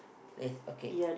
let's okay